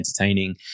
entertaining